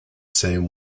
same